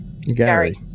gary